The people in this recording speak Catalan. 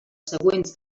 següents